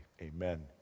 amen